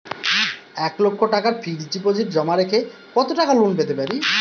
এক লক্ষ টাকার ফিক্সড ডিপোজিট জমা রেখে কত টাকা লোন পেতে পারি?